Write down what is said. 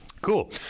Cool